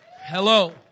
Hello